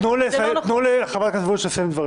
מדובר פה אך ורק בהגבלה.